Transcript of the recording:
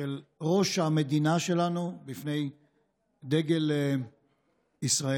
של ראש המדינה שלנו בפני דגל ישראל.